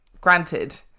granted